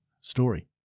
story